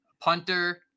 Punter